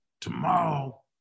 tomorrow